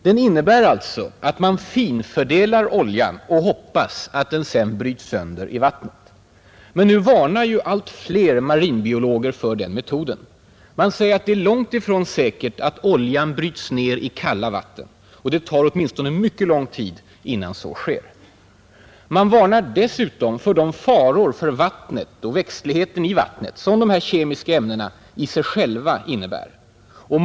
Den innebär alltså att man finfördelar oljan och hoppas att den sedan bryts sönder i vattnet. Men nu varnar ju allt fler marinbiologer för den metoden. Man säger att det är långt ifrån säkert att oljan bryts ner i kalla vatten, och det tar åtminstone mycket lång tid innan så sker. Man varnar dessutom för de faror för vattnet och växtligheten i vattnet som de här kemiska ämnena i sig själva innebär.